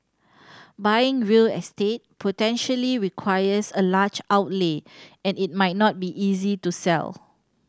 buying real estate potentially requires a large outlay and it might not be easy to sell